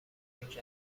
میکردم